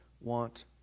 want